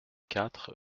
quatre